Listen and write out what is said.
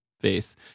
face